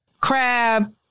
crab